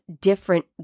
different